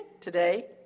today